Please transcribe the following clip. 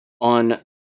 on